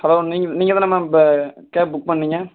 hello நீங்க நீங்கள் தானே மேம் இப்போ கேப் புக் பண்ணிங்க